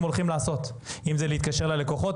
הולכים לעשות אם זה להתקשר ללקוחות,